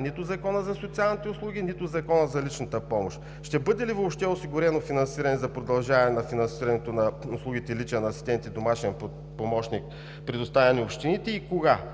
нито Закона за социалните услуги, нито Закона за личната помощ. Ще бъде ли въобще осигурено финансиране за продължаване на услугите „личен асистент“ и „домашен помощник“, предоставени от общините и кога?